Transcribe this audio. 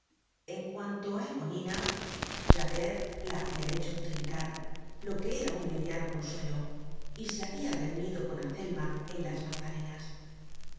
en cuanto á eponina javert la habia hecho trincar lo que era un mediano consuelo y se habia reunido con azelma en las magdalenas